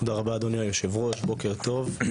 תודה רבה אדוני היושב ראש, בוקר טוב.